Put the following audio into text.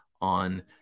on